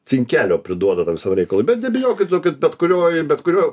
cinkelio priduoda tam visam reikalui bet nebijokit bet kurioj bet kurio